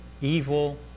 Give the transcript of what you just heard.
evil